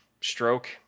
stroke